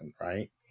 right